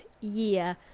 year